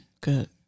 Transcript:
Good